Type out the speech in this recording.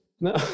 No